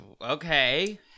Okay